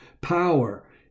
power